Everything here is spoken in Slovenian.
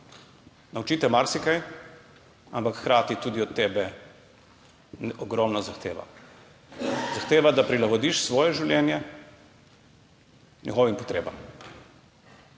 Nauči te marsikaj, ampak hkrati tudi od tebe ogromno zahteva, da prilagodiš svoje življenje njegovim potrebam.